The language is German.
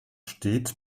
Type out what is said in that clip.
stets